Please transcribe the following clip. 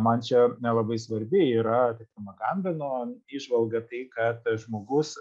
man čia labai svarbi yra trakim gambeno įžvalga tai kad žmogus